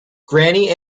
granny